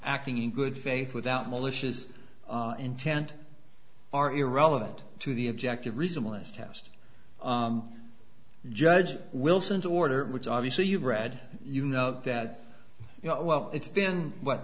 acting in good faith without malicious intent are irrelevant to the objective reasonable is test judge wilson's order which obviously you've read you know that you know well it's been what